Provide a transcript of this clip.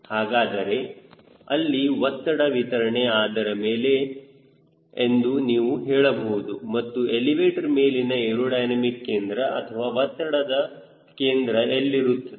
ಹಾಗಾದರೆ ಅಲ್ಲಿ ಒತ್ತಡ ವಿತರಣೆ ಅದರಮೇಲೆ ಆಗಿರುತ್ತದೆ ಎಂದು ನೀವು ಹೇಳಬಹುದು ಮತ್ತು ಎಲಿವೇಟರ್ ಮೇಲಿನ ಏರೋಡೈನಮಿಕ್ ಕೇಂದ್ರ ಅಥವಾ ಒತ್ತಡದ ಕೇಂದ್ರ ಇಲ್ಲಿರುತ್ತದೆ